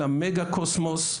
אלא מגה קוסמוס,